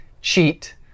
cheat